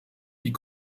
die